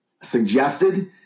suggested